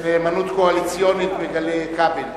תראו איזו נאמנות קואליציונית מגלה כבל.